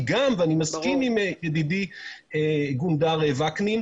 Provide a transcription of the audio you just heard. היא גם ואני מסכים עם ידידי גונדר וקנין